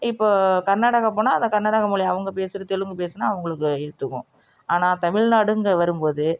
இப்போது கர்நாடகா போனால் அந்த கர்நாடக மொழி அவங்க பேசுகிற தெலுங்கு பேசினா அவங்களுக்கு ஏற்றுக்கும் ஆனால் தமிழ்நாடுங்க வரும்போது